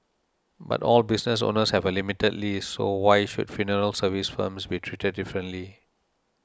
but all business owners have a limited lease so why should funeral services firms be treated differently